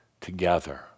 together